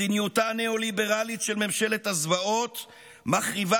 מדיניותה הניאו-ליברלית של ממשלת הזוועות מחריבה